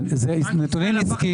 אלה נתונים עסקיים.